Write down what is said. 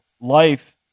life